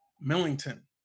Millington